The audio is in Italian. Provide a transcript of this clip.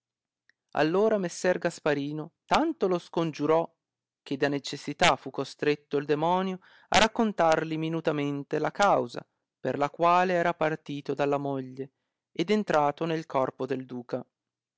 ora messer gasparino tanto lo scongiurò che de necessità fu costretto il demonio a raccontarli minutamente la causa per la quale era partito dalla moglie ed entrato nel corpo del duca